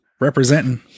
Representing